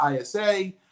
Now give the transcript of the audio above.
ISA